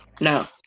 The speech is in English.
no